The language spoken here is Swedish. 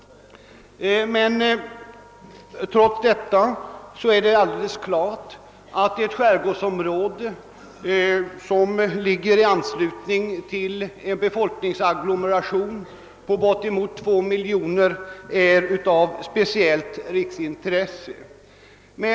Trots detta är det emellertid alldeles klart att ett skärgårdsområde som ligger i anslutning till en befolkningsagglomeration på bortemot två miljoner är av speciellt riksintresse.